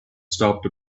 stopped